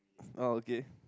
oh okay